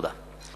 תודה.